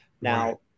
now